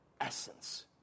essence